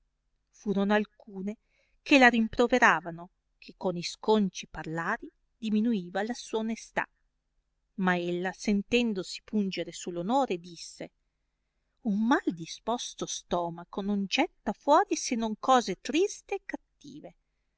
furono alcune che la rimproveravano che con isconci parlari diminueva la sua onestà ma ella sentendosi pungere su l'onore disse fn mal disposto stomaco non getta fuori se non cose triste e cattive